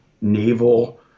naval